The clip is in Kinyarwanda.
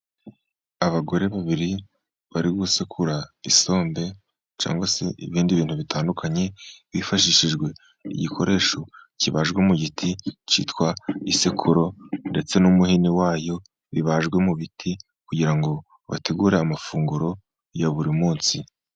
Abagore babiri bari gusekura isombe, cyangwa se ibindi bintu bitandukanye hifashishijwe igikoresho kibajwe mu giti cyitwa isekuro, ndetse n'umuhini wayo bibajwe mu biti kugira ngo bategure amafunguro ya buri munsi.